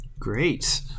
Great